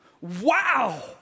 wow